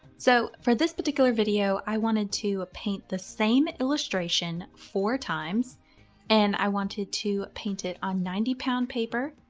so for this particular video, i wanted to paint the same illustration four times and i wanted to paint it on ninety lb paper,